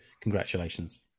congratulations